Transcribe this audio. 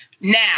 Now